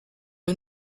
eux